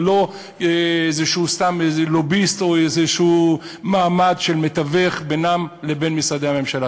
ולא סתם איזה לוביסט או איזה מעמד של מתווך בינם לבין משרדי הממשלה.